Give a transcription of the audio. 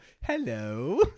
hello